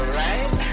right